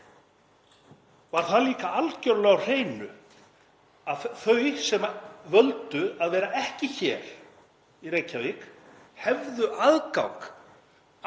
var það líka algerlega á hreinu að þau sem völdu að vera ekki í Reykjavík hefðu aðgang að